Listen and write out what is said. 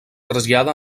trasllada